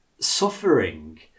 suffering